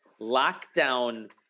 lockdown